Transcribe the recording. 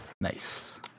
Nice